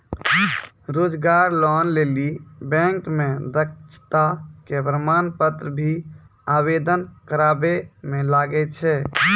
रोजगार लोन लेली बैंक मे दक्षता के प्रमाण पत्र भी आवेदन करबाबै मे लागै छै?